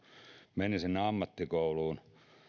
menin sinne ammattikouluun